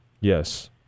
Yes